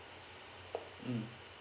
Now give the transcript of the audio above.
mm